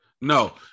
No